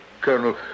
Colonel